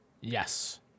yes